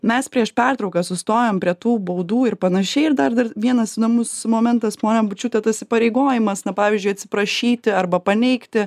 mes prieš pertrauką sustojom prie tų baudų ir panašiai ir dar dar vienas įdomus momentas ponia bučiūte tas įpareigojimas na pavyzdžiui atsiprašyti arba paneigti